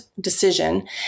decision